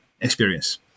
experience